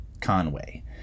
Conway